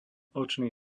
očný